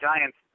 Giants